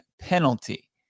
penalty